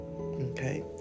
Okay